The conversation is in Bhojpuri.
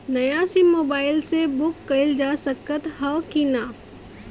नया सिम मोबाइल से बुक कइलजा सकत ह कि ना?